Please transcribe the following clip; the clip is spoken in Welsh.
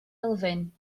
elfyn